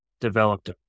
developed